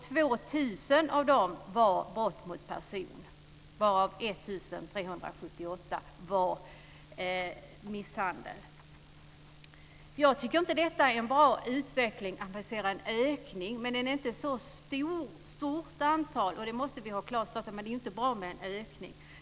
2 000 av dem var brott mot person, varav 1 378 var misshandel. Jag tycker inte att detta är en bra utveckling, att vi ser en ökning, men det är inte ett så stort antal - det måste vi ha klart för oss. Men det är inte bra med en ökning.